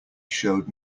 showed